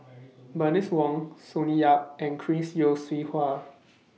Bernice Wong Sonny Yap and Chris Yeo Siew Hua